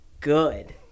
good